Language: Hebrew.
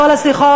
כל השיחות.